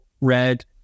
red